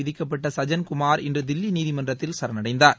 விதிக்கப்பட்ட சஜ்ஜன்குமார்இன்று தில்லி நீதிமன்றத்தில் சரணடைந்தார்